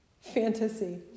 fantasy